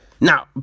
Now